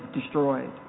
destroyed